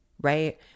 right